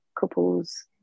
couples